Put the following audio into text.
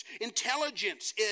Intelligence